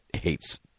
hates